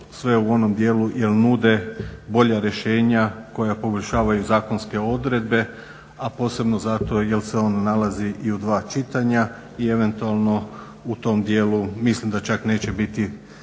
sve u onom dijelu jel nude bolja rješenja koja poboljšavaju zakonske odredbe, a posebno zato jel se on nalazi i u dva čitanja i eventualno u tom dijelu mislim da čak neće biti